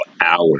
hours